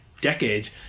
decades